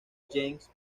james